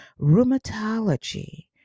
Rheumatology